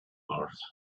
mars